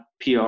PR